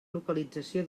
localització